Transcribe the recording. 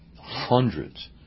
hundreds